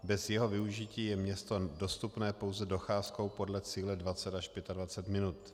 Bez jeho využití je město dostupné pouze docházkou podle cíle 20 až 25 minut.